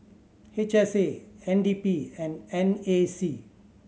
H S A N D P and N A C